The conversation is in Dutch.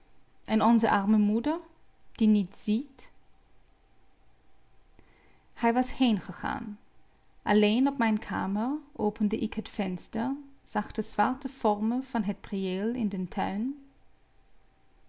en onze arme moeder die niets ziet hij was heengegaan alleen op mijn kamer opende ik het venster zag de zwarte vormen van het priëel in den tuin